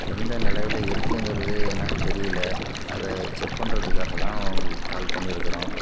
எந்த நிலையில் இருக்குங்கிறது என்னனு தெரியிலை அதை செக் பண்ணுறத்துக்காக தான் உங்களுக்கு கால் பண்ணியிருக்குறோம்